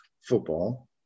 football